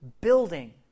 building